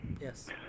Yes